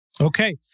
Okay